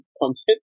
content